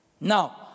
Now